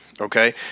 Okay